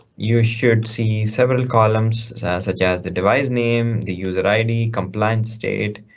you should see several columns such as the device name, the user id, compliant state,